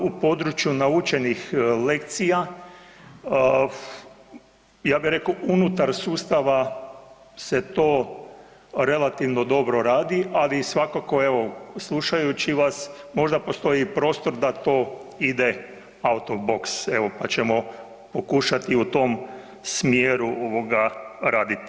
U području naučenih lekcija, ja bih rekao unutar sustava se to relativno dobro radi, ali svakako, evo, slušajući vas, možda postoji prostor da to ide auto box, evo, pa ćemo pokušati u tom smjeru raditi.